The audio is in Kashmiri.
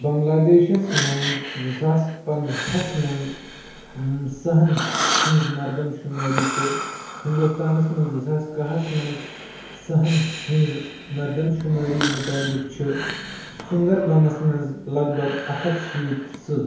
بنٛگلہ دیشس منٛز زٕ ساس پَنداہس منز سٕہَن ہِنٛز مردم شُمٲری تہٕ ہنٛدوستانَس منٛز زٕ ساس کاہَس منٛز سٕہَن ہِنٛز مردم شُمٲری مُطٲبِق چھِ سُندربنَس منٛز لَگ بَگ اکھ ہَتھ شیٖتھ سٕہہ